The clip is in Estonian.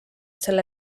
selle